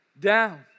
down